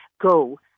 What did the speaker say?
go